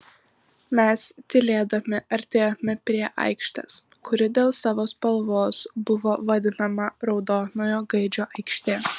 mes tylėdami artėjome prie aikštės kuri dėl savo spalvos buvo vadinama raudonojo gaidžio aikšte